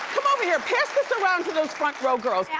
come over here. pass this around to those front row girls. yeah